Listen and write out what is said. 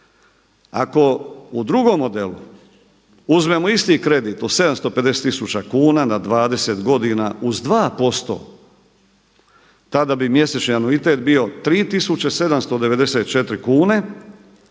Ako u drugom modelu uzmemo isti kredit od 750 tisuća kuna na 20 godina uz 2% tada bi mjesečni anuitet bio 3794 kune,